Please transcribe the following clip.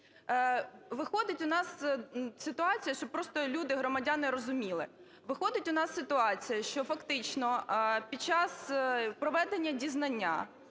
Виходить у нас ситуація, щоб просто люди, громадяни, розуміли. Виходить у нас ситуація, що фактично під час проведення дізнання,